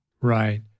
Right